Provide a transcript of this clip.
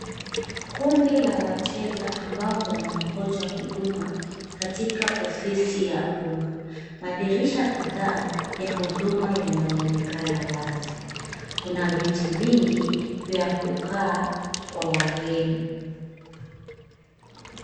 Kundi la wateja ambao wanangoja huduma katika ofisi ya umma. Madirisha kadhaa ya huduma yanaonekana wazi. Kuna viti vingi vya kukaa kwa wageni.